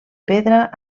pedra